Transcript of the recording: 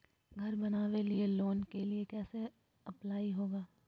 घर बनावे लिय लोन के लिए कैसे अप्लाई होगा?